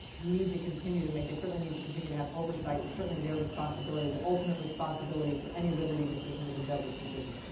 need to continue to make. they certainly need to continue to have oversight. it's certainly their responsibility, the ultimate responsibility for any liberty decision is a judge's decision,